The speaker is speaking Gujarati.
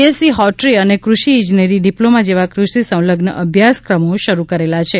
એસસી હોર્ટી અને કૃષિ ઈજનેરી ડીપ્લોમા જેવા ક્રષિ સંલગ્ન અભ્યાસક્રમો શરૂ કરેલા છે